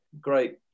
great